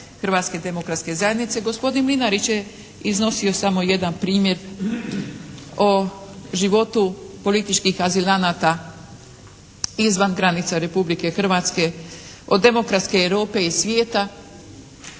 Hrvatske demokratske zajednice gospodin Mlinarić je iznosio samo jedan primjer o životu političkih azilanata izvan granica Republike Hrvatske od demokratske Europe i svijeta